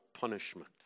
punishment